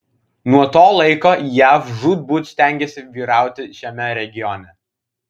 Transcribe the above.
nuo to laiko jav žūtbūt stengėsi vyrauti šiame regione